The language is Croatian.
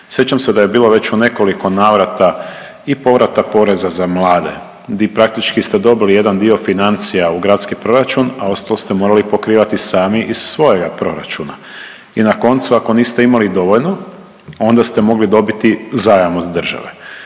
Sjećam se da je bilo već u nekoliko navrata i povrata poreza za mlade, di praktički ste dobili jedan dio financija u gradski proračun, a ostalo ste morali pokrivati sami iz svojega proračuna i na koncu, ako niste imali dovoljno, onda ste mogli dobiti zajam od države.